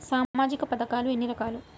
సామాజిక పథకాలు ఎన్ని రకాలు?